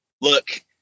look